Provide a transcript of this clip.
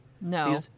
No